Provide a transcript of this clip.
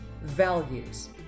values